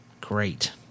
Great